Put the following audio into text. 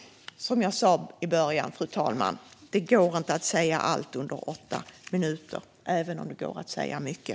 Som jag sa i början, fru talman, går det inte att säga allt på åtta minuter även om det går att säga mycket.